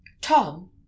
Tom